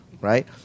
right